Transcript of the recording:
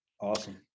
Awesome